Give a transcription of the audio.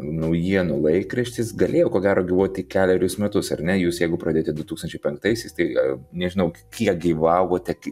naujienų laikraštis galėjo ko gero gyvuoti kelerius metus ar ne jūs jeigu pradėjote du tūkstančiai penktaisiais tai nežinau kiek gyvavote